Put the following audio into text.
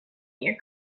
your